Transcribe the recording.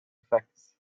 effects